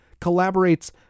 collaborates